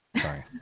Sorry